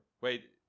wait